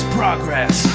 progress